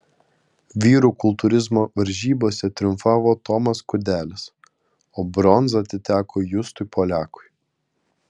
vyrų kultūrizmo varžybose triumfavo tomas kudelis o bronza atiteko justui poliakui